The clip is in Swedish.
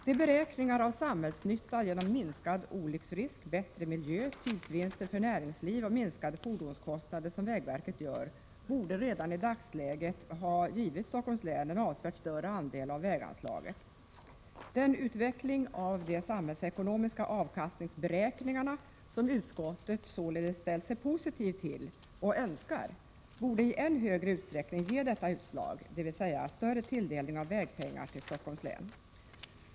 De beräkningar av samhällsnytta genom minskad olycksrisk, bättre miljö, tidsvinster för näringsliv och minskade fordonskostnader som vägverket gör borde redan i dagsläget ha gett Stockholms län en avsevärt större andel av väganslagen. Den utveckling av de samhällsekonomiska avkastningsberäkningarna som utskottet ställt sig positivt till och önskar borde i än högre utsträckning ge det utslaget — större tilldelning av vägpengar till Stockholms län.